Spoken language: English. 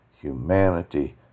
humanity